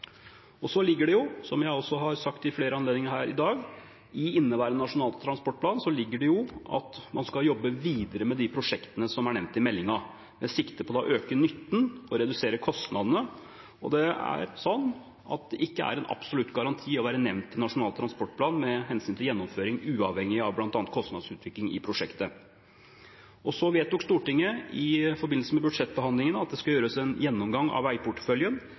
Så ligger det, som jeg også har sagt ved flere anledninger her i dag, i inneværende Nasjonal transportplan at man skal jobbe videre med de prosjektene som er nevnt i meldingen med sikte på å øke nytten og redusere kostnadene. Det er ikke en absolutt garanti å være nevnt i Nasjonal transportplan med hensyn til gjennomføring uavhengig av bl.a. kostnadsutvikling i prosjektet. Så vedtok Stortinget i forbindelse med budsjettbehandlingen at det skal gjøres en gjennomgang av veiporteføljen